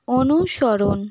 অনুসরণ